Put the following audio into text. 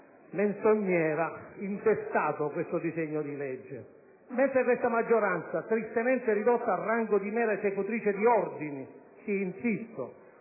Mentre questa maggioranza, tristemente ridotta al rango di mera esecutrice di ordini - sì, insisto